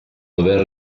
dover